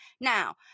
Now